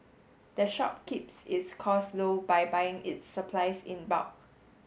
the shop keeps its costs low by buying its supplies in bulk